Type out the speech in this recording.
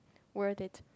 worth it